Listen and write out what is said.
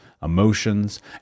emotions